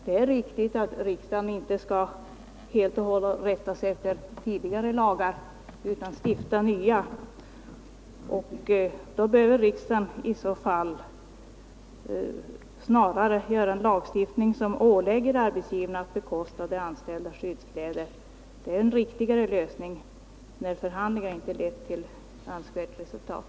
Det är riktigt att riksdagen har att stifta nya lagar, men i det här fallet bör riksdagen snarare göra en lagstiftning som ålägger arbetsgivarna att bekosta de anställdas skyddskläder. Det är en riktigare lösning när förhandlingar inte lett till avsett resultat.